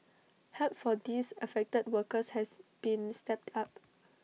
help for these affected workers has been stepped up